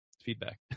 feedback